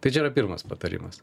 tai čia yra pirmas patarimas